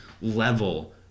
level